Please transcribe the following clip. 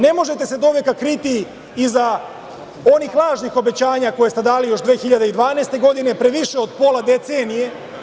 Ne možete se do veka kriti iza onih lažnih obećanja koje ste dali još 2012. godine, pre više od pola decenije.